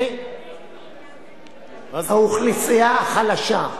באוכלוסייה חלשה.